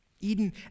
Eden